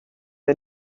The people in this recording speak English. and